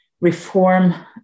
reform